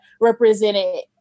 represented